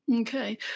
Okay